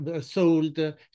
sold